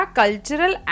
cultural